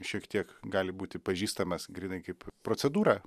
šiek tiek gali būti pažįstamas grynai kaip procedūra